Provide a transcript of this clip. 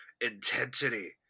intensity